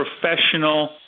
professional